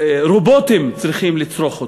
שרובוטים צריכים לצרוך אותו.